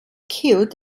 killed